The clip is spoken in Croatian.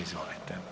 Izvolite.